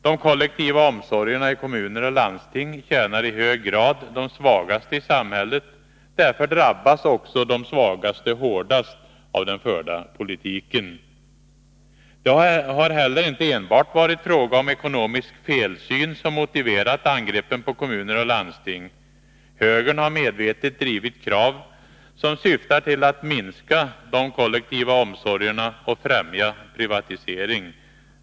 De kollektiva omsorgerna i kommuner och landsting tjänar i hög grad de svagaste i samhället. Därför drabbas också de svagaste hårdast av den förda politiken. Det har heller inte enbart varit fråga om ekonomisk felsyn som motiverat angreppen på kommuner och landsting. Högern har medvetet drivit krav som syftar till att minska de kollektiva omsorgerna och främja privatisering.